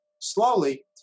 slowly